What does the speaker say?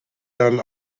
dann